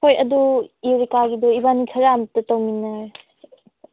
ꯍꯣꯏ ꯑꯗꯨ ꯌꯨꯔꯦꯀꯥꯒꯤꯗꯣ ꯏꯕꯥꯅꯤ ꯈꯔꯥ ꯑꯝꯇ ꯇꯧꯃꯤꯟꯅꯔꯁꯦ